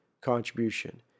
contribution